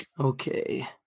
Okay